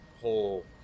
whole